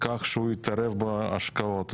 כך שהוא יתערב בהשקעות,